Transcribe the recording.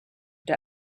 der